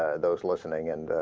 ah those listening and ah.